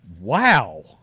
Wow